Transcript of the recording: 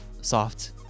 soft